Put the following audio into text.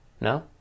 No